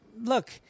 look